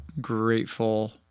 grateful